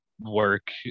work